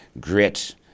grit